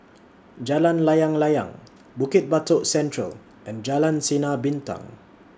Jalan Layang Layang Bukit Batok Central and Jalan Sinar Bintang